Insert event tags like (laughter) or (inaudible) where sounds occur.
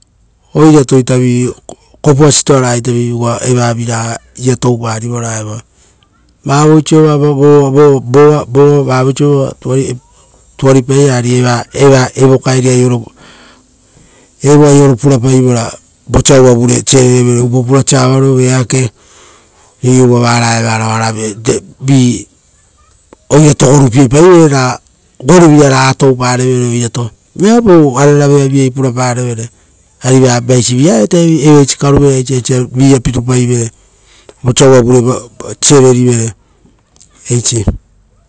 Oirato iata vi kopuasi toagara ita vi vigoaa evavi raga ita touparivora evoa. Vavoisova tuari pairara pairara ari eva, evo kaeri, evo aioro pura pairora, vosa uvavure avavere, upopurasa avarovere o eake, iu-u uva vara evara (noise) oirato gurupie paivere ra goruvira raga touparere oirato, viapau ararave avai purapareve. Ari vaisi viaita evaisi karuveraisi aisa via pitupaivere osa uravure serelsail. Eisi.